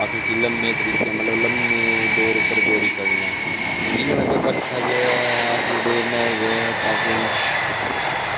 अस उस्सी लम्मे तरीके मतलब लम्मे दौर पर दौड़ी सकना जि'यां लाई लैओ बरखा च दौड़ना होग तां असें